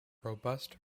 robust